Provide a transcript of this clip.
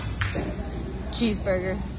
Cheeseburger